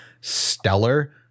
stellar